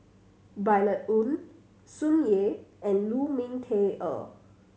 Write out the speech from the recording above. Violet Oon Tsung Yeh and Lu Ming Teh Earl